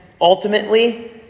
ultimately